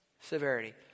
severity